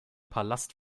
palast